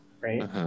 Right